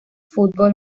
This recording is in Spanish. fútbol